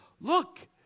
Look